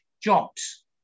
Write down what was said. jobs